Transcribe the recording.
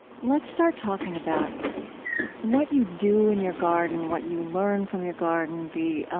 let's start talking about what you do in your garden, what you learn from your garden, the